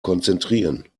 konzentrieren